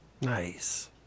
Nice